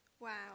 Wow